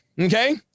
okay